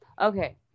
Okay